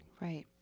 Right